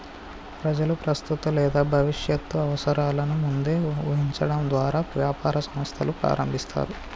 ప్రజలు ప్రస్తుత లేదా భవిష్యత్తు అవసరాలను ముందే ఊహించడం ద్వారా వ్యాపార సంస్థలు ప్రారంభిస్తారు